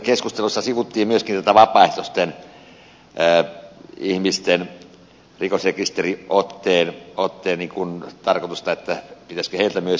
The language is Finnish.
keskustelussa sivuttiin myöskin tätä että pitäisikö myös vapaaehtoisilta ihmisiltä rikosrekisteriote vaatia